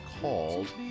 called